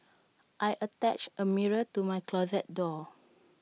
I attached A mirror to my closet door